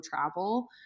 travel